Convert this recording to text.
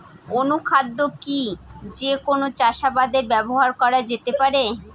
অনুখাদ্য কি যে কোন চাষাবাদে ব্যবহার করা যেতে পারে?